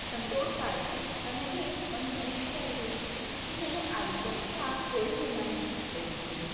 ಸಂತೋಷ ಆಯಿತು ನನಗೆ ಒಂದು ರೀತಿಯಲ್ಲಿ ಖುಷಿಯೇ ಆಯಿತು ಅಂತ ಹೇಳಲು ನಾನು ಬಯಸ್ತೇನೆ